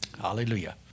Hallelujah